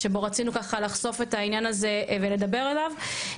שבו רצינו לחשוף את העניין הזה ולדבר עליו.